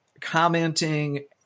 Commenting